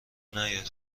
نیاد